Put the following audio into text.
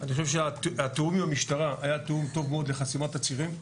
אני חושב שהתיאום עם המשטרה היה תיאום טוב מאוד לחסימת הצירים,